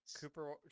Cooper